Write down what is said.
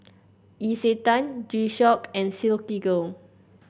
Isetan G Shock and Silkygirl